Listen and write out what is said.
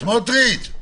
סמוטריץ',